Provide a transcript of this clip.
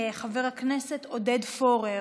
חבר הכנסת עודד פורר,